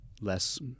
less